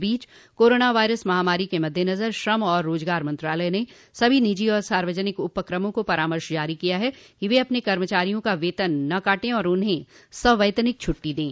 इस बीच corona virus महामारी के मद्देनजर श्रम और रोजगार मंत्रालय ने सभी निजी और सार्वजनिक उपक्रमों को परामर्श जारी किया है कि वे अपने कर्मचारियों का वेतन न काटें और उन्हें सवैतनिक छूट्टी दें